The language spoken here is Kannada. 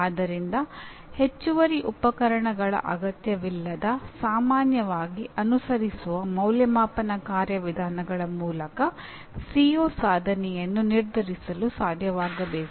ಆದ್ದರಿಂದ ಹೆಚ್ಚುವರಿ ಉಪಕರಣಗಳ ಅಗತ್ಯವಿಲ್ಲದೆ ಸಾಮಾನ್ಯವಾಗಿ ಅನುಸರಿಸುವ ಅಂದಾಜುವಿಕೆಯ ಕಾರ್ಯವಿಧಾನಗಳ ಮೂಲಕ ಸಿಒ ಸಾಧನೆಯನ್ನು ನಿರ್ಧರಿಸಲು ಸಾಧ್ಯವಾಗಬೇಕು